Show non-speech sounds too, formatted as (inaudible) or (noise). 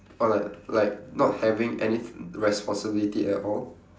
oh like like not having any (noise) responsibility at all